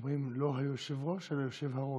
שאומרים לא היושב-ראש אלא יושב-הראש,